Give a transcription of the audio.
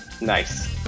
Nice